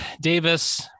Davis